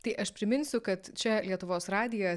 tai aš priminsiu kad čia lietuvos radija